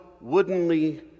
woodenly